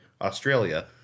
Australia